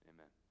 Amen